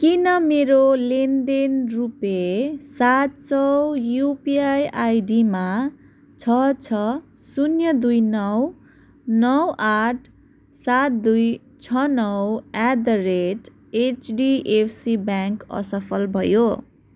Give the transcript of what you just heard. किन मेरो लेनदेन रुपियाँ सात सौ युपिआई आइडीमा छ छ शून्य दुई नौ नौ आठ सात दुई छ नौ at the rate HDFC bank असफल भयो